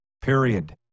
Period